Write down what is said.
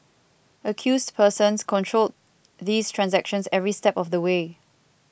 accused persons controlled these transactions every step of the way